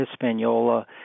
Hispaniola